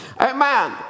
amen